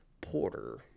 Porter